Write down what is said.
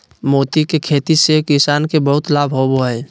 मोती के खेती से किसान के बहुत लाभ होवो हय